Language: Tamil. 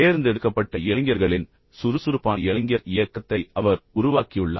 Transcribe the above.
தேர்ந்தெடுக்கப்பட்ட இளைஞர்களின் சுறுசுறுப்பான இளைஞர் இயக்கத்தை அவர் உருவாக்கியுள்ளார்